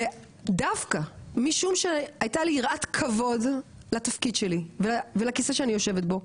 ודווקא משום שהייתה לי יראת כבוד לתפקיד שלי ולכיסא שאני יושבת בו,